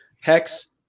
hex